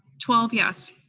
twelve yes.